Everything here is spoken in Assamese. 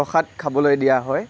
প্ৰসাদ খাবলৈ দিয়া হয়